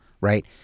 right